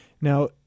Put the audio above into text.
Now